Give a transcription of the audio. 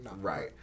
Right